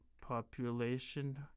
population